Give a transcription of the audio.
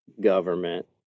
government